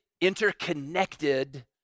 interconnected